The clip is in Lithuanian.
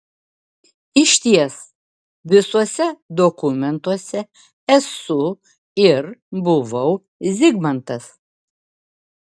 išties visuose dokumentuose esu ir buvau zigmantas